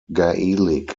gaelic